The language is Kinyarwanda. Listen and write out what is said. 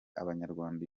abanyarwanda